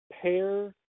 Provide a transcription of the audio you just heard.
pair